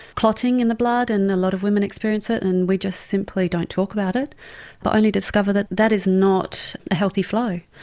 clotting in the blood and a lot of women experience it and we just simply don't talk about it to but only discover that that is not a healthy flow.